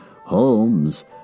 Holmes